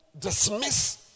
dismiss